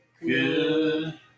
Good